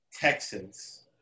Texans